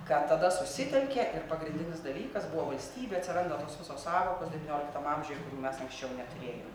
kad tada susitelkė ir pagrindinis dalykas buvo valstybė atsiranda tos visos sąvokos devynioliktam amžiuj kurių mes anksčiau neturėjom